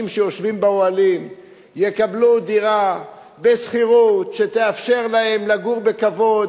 שיושבים באוהלים יקבלו דירה בשכירות שתאפשר להם לגור בכבוד,